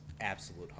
absolute